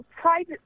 private